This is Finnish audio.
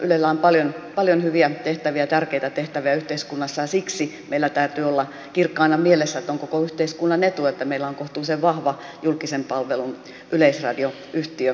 ylellä on paljon hyviä tehtäviä tärkeitä tehtäviä yhteiskunnassa ja siksi meillä täytyy olla kirkkaana mielessä että on koko yhteiskunnan etu että meillä on kohtuullisen vahva julkisen palvelun yleisradioyhtiö täällä suomessa